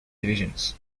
divisions